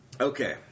Okay